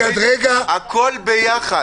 הכול ביחד.